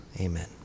Amen